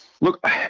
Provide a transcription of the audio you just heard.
look